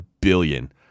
billion